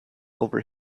over